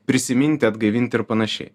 prisiminti atgaivinti ir panašiai